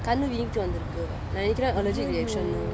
can't really like literal allergic reaction